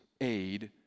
aid